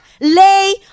lay